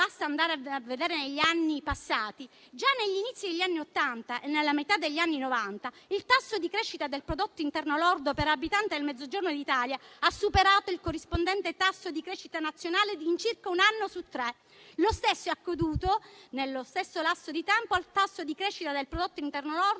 basta andare a vedere negli anni passati: già agli inizi degli anni '80 e nella metà degli anni '90, il tasso di crescita del prodotto interno lordo per abitante nel Mezzogiorno d'Italia aveva superato il corrispondente tasso di crescita nazionale circa un anno su tre. Lo stesso è accaduto nel medesimo lasso di tempo al tasso di crescita del prodotto interno lordo